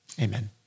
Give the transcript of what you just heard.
amen